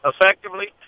effectively